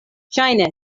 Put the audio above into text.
ŝajne